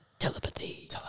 Telepathy